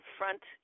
front